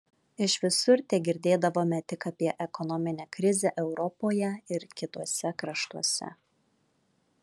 iš visur tegirdėdavome tik apie ekonominę krizę europoje ir kituose kraštuose